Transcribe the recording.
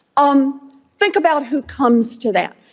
on think about who comes to that.